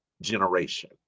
generation